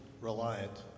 reliant